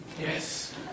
Yes